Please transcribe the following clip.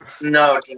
no